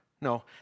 No